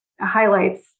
highlights